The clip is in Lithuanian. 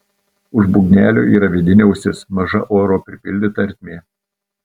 už būgnelio yra vidinė ausis maža oro pripildyta ertmė